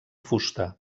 fusta